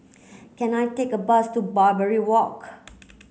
can I take a bus to Barbary Walk